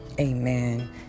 Amen